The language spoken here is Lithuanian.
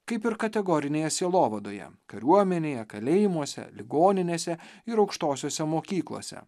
kaip ir kategorinėje sielovadoje kariuomenėje kalėjimuose ligoninėse ir aukštosiose mokyklose